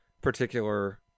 particular